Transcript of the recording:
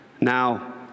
Now